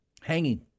Hanging